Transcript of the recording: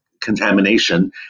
contamination